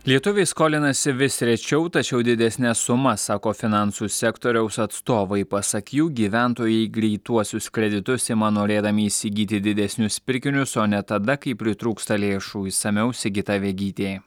lietuviai skolinasi vis rečiau tačiau didesnes sumas sako finansų sektoriaus atstovai pasak jų gyventojai greituosius kreditus ima norėdami įsigyti didesnius pirkinius o ne tada kai pritrūksta lėšų išsamiau sigita vegytė